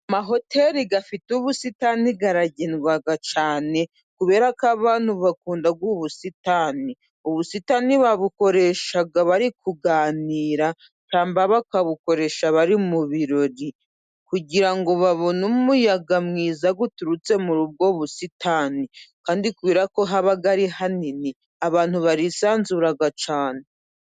Amahoteri afite ubusitani aragendwa cyane kubera ko abantu bakunda ubusitani. Ubusitani babukoresha bari kuganira cyangwa bakabukoresha bari mu birori, kugira ngo babone umuyaga mwiza uturutse muri ubwo busitani kandi kubera ko haba ari hanini abantu barisanzura cyane.